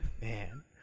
man